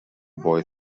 boy